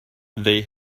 they